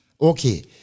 Okay